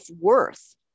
worth